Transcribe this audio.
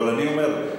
אבל אני אומר,